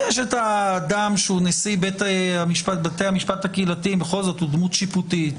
יש את האדם שהוא נשיא בתי המשפט הקהילתיים ובכל זאת הוא דמות שיפוטית.